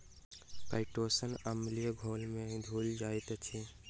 chitosan अम्लीय घोल में घुइल जाइत अछि